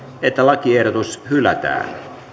että lakiehdotus hylätään